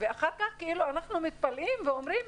ואחר כך אנחנו מתפלאים ואומרים,